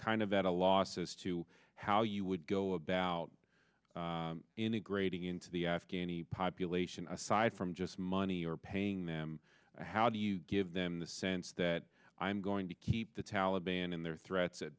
kind of at a loss as to how you would go about integrating into the afghanis population aside from just money or paying them how do you give them the sense that i'm going to keep the taliban and their threats at